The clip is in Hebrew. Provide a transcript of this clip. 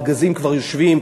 הארגזים כבר יושבים,